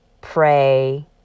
pray